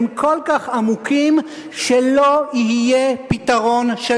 הם כל כך עמוקים שלא יהיה פתרון של